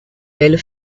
velho